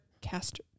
cast